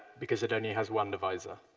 because it only has one divisor.